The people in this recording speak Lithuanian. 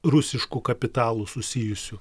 rusišku kapitalu susijusių